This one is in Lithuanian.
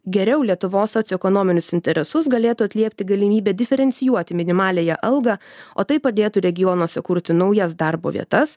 geriau lietuvos socioekonominius interesus galėtų atliepti galimybė diferencijuoti minimaliąją algą o tai padėtų regionuose kurti naujas darbo vietas